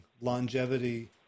longevity